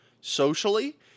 socially